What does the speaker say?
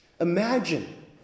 Imagine